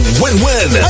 win-win